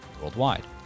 worldwide